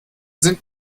sind